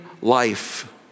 life